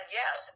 yes